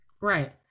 right